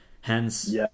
Hence